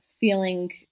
feeling